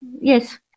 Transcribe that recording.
Yes